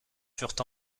furent